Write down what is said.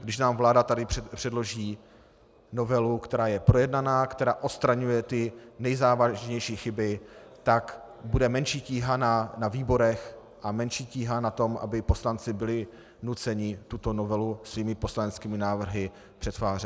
Když nám vláda tady předloží novelu, která je projednaná, která odstraňuje ty nejzávažnější chyby, tak bude menší tíha na výborech a menší tíha na tom, aby poslanci byli nuceni tuto novelu svými poslaneckými návrhy přetvářet.